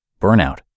burnout